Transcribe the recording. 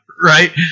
right